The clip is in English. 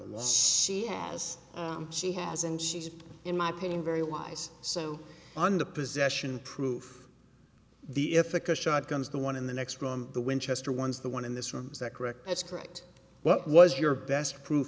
a while she has she has and she's in my opinion very wise so under possession proof the ethical shotguns the one in the next room the winchester ones the one in this room is that correct that's correct what was your best proof